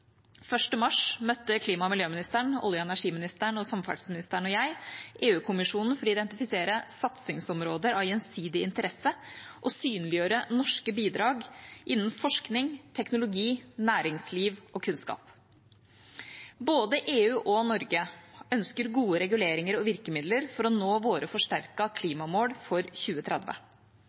mars møtte klima- og miljøministeren, olje- og energiministeren, samferdselsministeren og jeg EU-kommisjonen for å identifisere satsingsområder av gjensidig interesse og synliggjøre norske bidrag innen forskning, teknologi, næringsliv og kunnskap. Både EU og Norge ønsker gode reguleringer og virkemidler for å nå våre forsterkede klimamål for 2030.